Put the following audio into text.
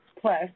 plus